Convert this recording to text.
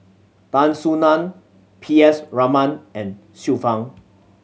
Tan Soo Nan P S Raman and Xiu Fang